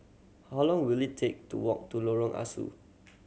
how long will it take to walk to Lorong Ah Soo